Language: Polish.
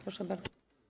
Proszę bardzo.